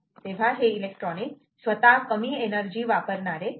तेव्हा हे इलेक्ट्रॉनिक स्वतः कमी एनर्जी वापरणारे आहे